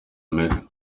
omega